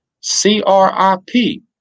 C-R-I-P